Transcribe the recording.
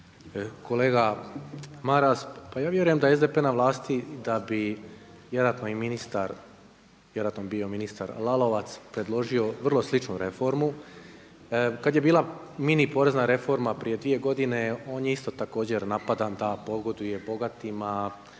Kolega Maras pa ja vjerujem da je SDP na vlasti da bi vjerojatno i ministar vjerojatno bi bio ministar Lalovac, predložio vrlo sličnu reformu. Kada je bila mini porezna reforma prije dvije godine on je isto također napadan da pogoduje bogatima,